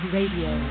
Radio